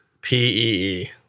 p-e-e